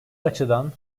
açıdan